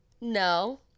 no